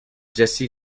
jesse